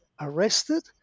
arrested